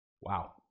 wow